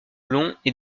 long